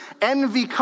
envy